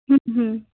হুম হুম